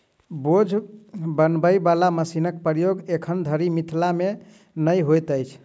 बोझ बनबय बला मशीनक प्रयोग एखन धरि मिथिला मे नै होइत अछि